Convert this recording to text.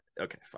okay